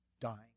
dying